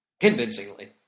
convincingly